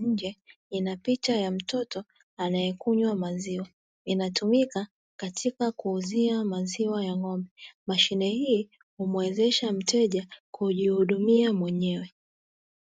nje ina picha ya mtoto anayekunywa maziwa, inatumika katika kuuzia maziwa ya ng'ombe mashine hii humwezesha mteja kujihudumia mwenyewe.